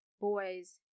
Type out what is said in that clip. boys